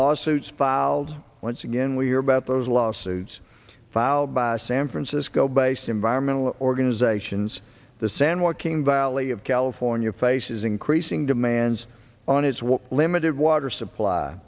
lawsuits filed once again we are about those lawsuits filed by san francisco based environmental organizations the san joaquin valley of california faces increasing demands on its what limited water supply